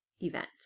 event